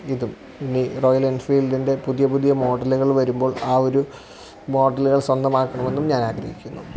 ഇതും പിന്നെ റോയൽ എൻഫീൽഡിന്റെ പുതിയ പുതിയ മോഡലുകൾ വരുമ്പോൾ ആ ഒരു മോഡലുകൾ സ്വന്തമാക്കണമെന്നും ഞാനാഗ്രഹിക്കുന്നു